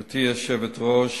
גברתי היושבת-ראש,